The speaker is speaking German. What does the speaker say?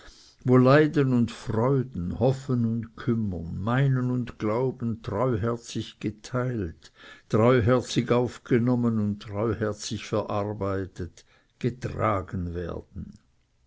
wo leiden und freuden hoffen und kümmern meinen und glauben treuherzig geteilt treuherzig aufgenommen und treuherzig verarbeitet getragen werden